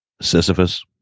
Sisyphus